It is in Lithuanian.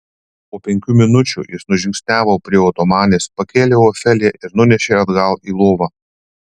po penkių minučių jis nužingsniavo prie otomanės pakėlė ofeliją ir nunešė atgal į lovą